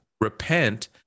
Repent